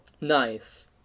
Nice